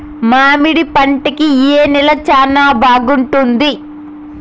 మామిడి పంట కి ఏ నేల చానా బాగుంటుంది